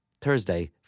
Thursday